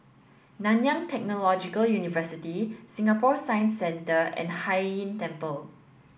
Nanyang Technological University Singapore Science Centre and Hai Inn Temple